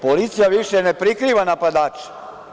Policija više ne prikriva napadače.